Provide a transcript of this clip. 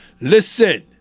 listen